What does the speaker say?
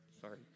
sorry